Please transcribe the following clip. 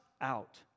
out